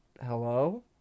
Hello